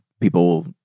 people